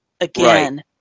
again